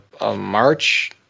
march